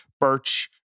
Birch